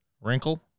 wrinkle